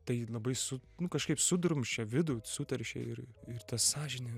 tai labai su nu kažkaip sudrumsčia vidų suteršia ir ir ta sąžinė